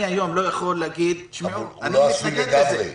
אני היום לא יכול להגיד תשמעו אני מתנגד לזה.